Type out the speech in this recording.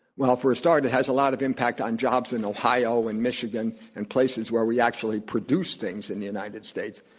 well, for a start it has a lot of impact on jobs in ohio, in michigan, in places where we actually produce things in the united states,